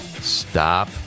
Stop